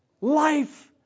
life